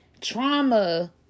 trauma